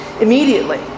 immediately